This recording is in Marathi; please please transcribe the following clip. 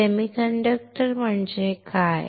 सेमीकंडक्टर म्हणजे काय